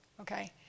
Okay